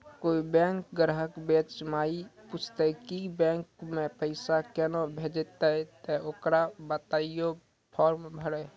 कोय बैंक ग्राहक बेंच माई पुछते की बैंक मे पेसा केना भेजेते ते ओकरा बताइबै फॉर्म भरो